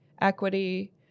equity